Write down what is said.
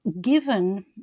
given